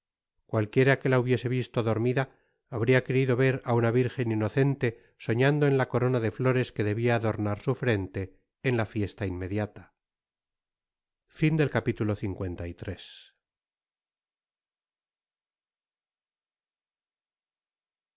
cualquiera que la hubiese visto dormida habria creido ver á una virgen inocente soñando en ta corona de flores que debia adornar su frente en la fiesta inmediata content from